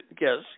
Yes